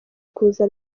kuza